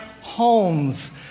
homes